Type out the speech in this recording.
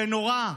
זה נורא.